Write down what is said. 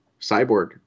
Cyborg